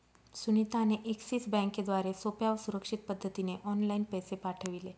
सुनीता ने एक्सिस बँकेद्वारे सोप्या व सुरक्षित पद्धतीने ऑनलाइन पैसे पाठविले